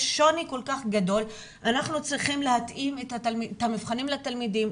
יש שוני כל כך גדול ואנחנו צריכים להתאים את המבחנים לתלמידים,